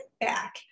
back